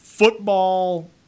Football